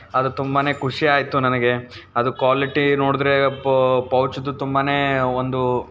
ಅದು ತುಂಬಾ ಖುಷಿಯಾಯ್ತು ನನಗೆ ಅದು ಕ್ವಾಲಿಟಿ ನೋಡಿದ್ರೆ ಪೌಚಿದು ತುಂಬಾ ಒಂದು